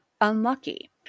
unlucky